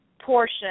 portion